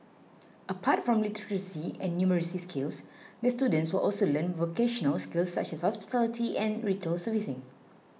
apart from literacy and numeracy skills the students will also learn vocational skills such as hospitality and retail servicing